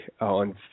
on